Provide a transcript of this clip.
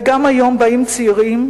וגם היום באים צעירים,